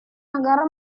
negara